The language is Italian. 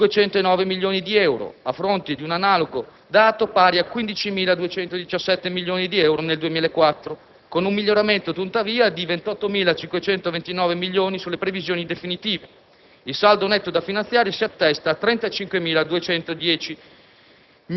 1.509 milionidi euro, a fronte di un analogo dato pari a 15.217 milioni di euro nel 2004, con un miglioramento, tuttavia, di 28.529 milioni sulle previsioni definitive. Il saldo netto da finanziare si attesta a 35.210 milioni,